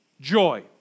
joy